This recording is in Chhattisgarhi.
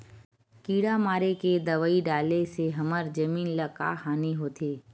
किड़ा मारे के दवाई डाले से हमर जमीन ल का हानि होथे?